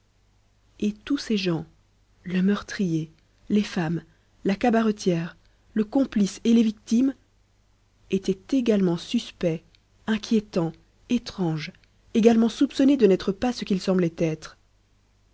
et tous ces gens le meurtrier les femmes la cabaretière le complice et les victimes étaient également suspects inquiétants étranges également soupçonnés de n'être pas ce qu'ils semblaient être